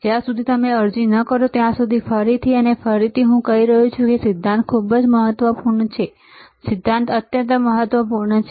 જ્યાં સુધી તમે અરજી ન કરો ત્યાં સુધી હું ફરીથી અને ફરીથી કહી રહ્યો છું કે સિદ્ધાંત ખૂબ જ મહત્વપૂર્ણ છે સિદ્ધાંત અત્યંત મહત્વપૂર્ણ છે